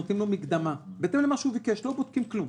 נותנים לו מקדמה בהתאם למה שהוא ביקש ולא בודקים כלום.